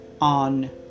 on